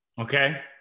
Okay